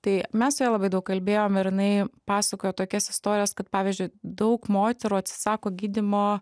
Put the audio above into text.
tai mes su ja labai daug kalbėjom ir jinai pasakojo tokias istorijas kad pavyzdžiui daug moterų atsisako gydymo